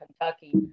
Kentucky